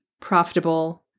profitable